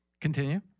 Continue